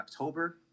October